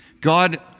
God